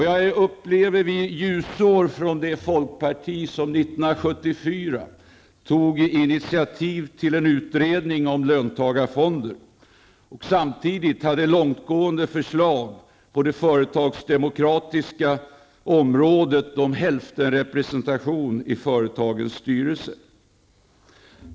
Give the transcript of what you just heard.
Jag upplever att vi är ljusår från det skede då folkpartiet -- 1974 -- tog initiativ till en utredning om löntagarfonder och samtidigt hade långtgående förslag på det företagsdemokratiska området, om hälftenrepresentation i företagens styrelser.